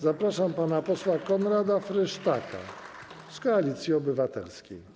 Zapraszam pana posła Konrada Frysztaka z Koalicji Obywatelskiej.